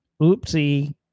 Oopsie